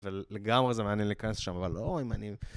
ולגמרי זה מעניין להיכנס שם, אבל לא, אם אני...